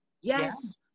Yes